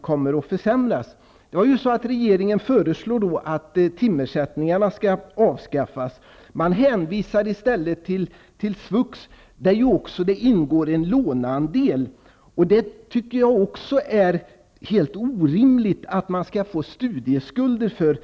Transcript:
kommer att försämras kraftigt. Regeringen föreslår att timersättningarna skall avskaffas. Man hänvisar i stället till svux, där det ingår en låneandel. Jag tycker att det är orimligt att denna grupp skall få studieskulder.